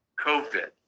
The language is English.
COVID